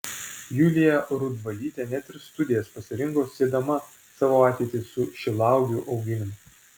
julija rudvalytė net ir studijas pasirinko siedama savo ateitį su šilauogių auginimu